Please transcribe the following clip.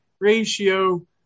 ratio